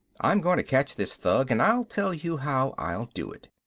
i'm going to catch this thug and i'll tell you how i'll do it.